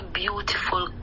beautiful